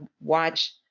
watch